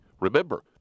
Remember